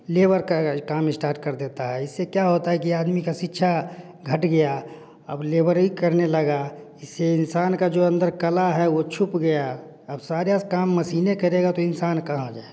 labour का काम start कर देता है इससे क्या होता है कि आदमी का शिक्षा घट गया अब लेबरी करने लगा इससे इंसान का जो अंदर कला है वो छुप गया अब सारा काम मशीनेय करेगा तो इंसान कहाँ जाएगा